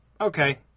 okay